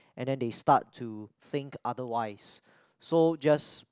and then they start to think otherwise so just